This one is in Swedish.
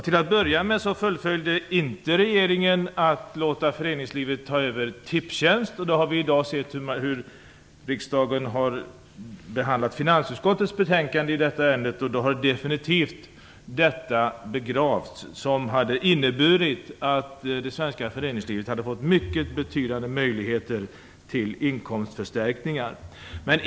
Till att börja med fullföljde inte regeringen planerna på att låta föreningslivet ta över Tipstjänst. Vi har i dag sett hur riksdagen har behandlat finansutskottets betänkande i detta ärende. I och med det har detta förslag definitivt begravts, detta förslag som för det svenska föreningslivet hade inneburit mycket betydande möjligheter till inkomstförstärkningar.